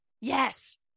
Yes